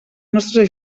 nostres